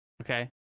okay